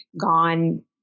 gone